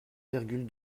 virgule